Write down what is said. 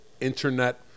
internet